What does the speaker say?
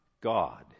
God